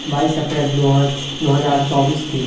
बाइस अप्रैल दो दो हज़ार चौबीस थी